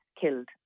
killed